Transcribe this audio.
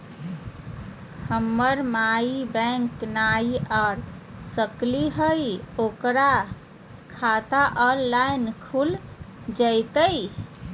हमर माई बैंक नई आ सकली हई, ओकर खाता ऑनलाइन खुल जयतई?